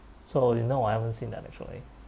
so you know I haven't seen that actually